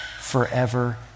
forever